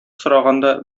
сораганда